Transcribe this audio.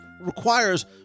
requires